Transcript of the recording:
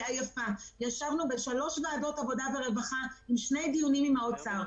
ישבנו בשלוש ועדות עבודה ורווחה ובשני דיונים עם האוצר.